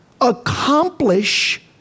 accomplish